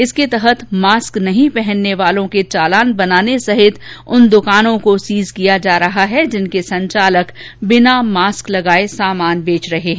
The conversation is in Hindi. इसके तहत मास्क नहीं पहनने वालों के चालान बनाने सहित उन द्वकानों को सीज किया जा रहा है जिनके संचालक बिना मास्क लगाए सामान बेच रहे हैं